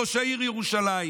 ראש העיר ירושלים